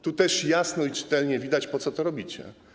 Tu też jasno i czytelnie widać, po co to robicie.